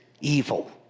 evil